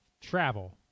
travel